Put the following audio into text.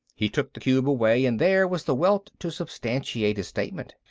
he took the cube away and there was the welt to substantiate his statement.